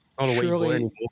surely